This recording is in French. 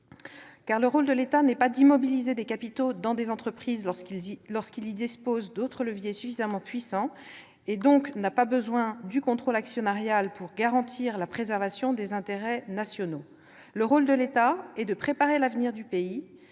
Le rôle de l'État n'est pas d'immobiliser des capitaux dans des entreprises lorsqu'il dispose d'autres leviers suffisamment puissants. Il n'a donc pas besoin du contrôle actionnarial pour garantir la préservation des intérêts nationaux. Son rôle est de préparer l'avenir du pays